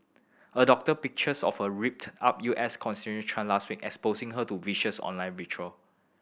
a doctored pictures of her ripped up U S constitution trend last week exposing her to vicious online vitriol